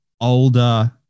older